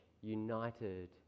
united